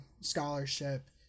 scholarship